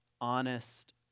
honest